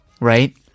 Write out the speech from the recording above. Right